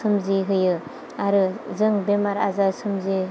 सोमजिहोयो आरो जों बेमार आजार सोमजि